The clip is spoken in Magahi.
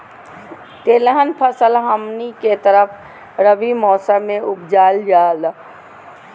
तिलहन फसल हमनी के तरफ रबी मौसम में उपजाल जाला